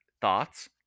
Thoughts